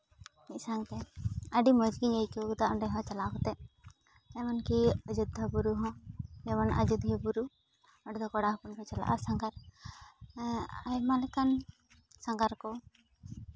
ᱢᱤᱫ ᱥᱟᱶᱛᱮ ᱟᱹᱰᱤ ᱢᱚᱡᱽᱜᱮᱧ ᱟᱭᱠᱟᱹᱣᱫᱟ ᱚᱸᱰᱮ ᱦᱚᱸ ᱪᱟᱞᱟᱣ ᱠᱟᱛᱮ ᱮᱢᱚᱱᱠᱤ ᱚᱡᱳᱫᱽᱫᱷᱟ ᱵᱩᱨᱩ ᱦᱚᱸ ᱡᱮᱢᱚᱱ ᱟᱡᱳᱫᱤᱭᱟᱹ ᱵᱩᱨᱩ ᱚᱸᱰᱮ ᱫᱚ ᱠᱚᱲᱟ ᱦᱚᱯᱚᱱ ᱠᱚ ᱪᱟᱞᱟᱜᱼᱟ ᱥᱟᱸᱜᱷᱟᱨ ᱟᱭᱢᱟ ᱞᱮᱠᱟᱱ ᱥᱟᱸᱜᱷᱟᱨ ᱠᱚ